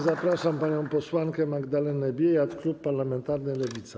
Zapraszam panią posłankę Magdalenę Biejat, klub parlamentarny Lewica.